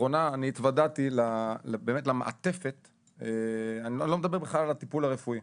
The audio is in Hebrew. התוודעתי לאחרונה למעטפת --- אני לא מדבר בכלל על הטיפול הרפואי,